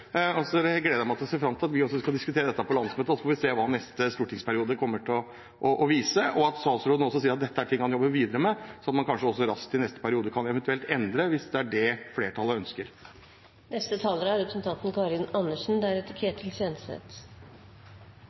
meg til og ser fram til at vi også skal diskutere dette på landsmøtet. Så får vi se hva neste stortingsperiode kommer til å vise. Statsråden sier også at dette er ting han jobber videre med, sånn at man kanskje raskt i neste periode eventuelt kan endre, hvis det er det flertallet ønsker. Det sies at veien til helvete er